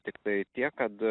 tiktai tiek kad